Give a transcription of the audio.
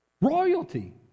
royalty